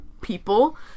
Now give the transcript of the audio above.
people